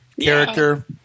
character